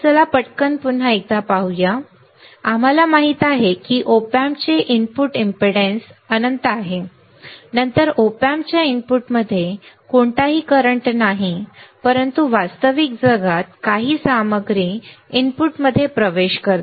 चला पटकन पुन्हा एकदा पाहूया आम्हाला माहित आहे की op amp चे इनपुट एमपीडेन्स प्रतिबाधा अनंत आहे नंतर op amp च्या इनपुटमध्ये कोणताही करंट नाही परंतु वास्तविक जगात काही सामग्री इनपुटमध्ये प्रवेश करते